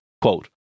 quote